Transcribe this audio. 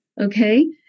Okay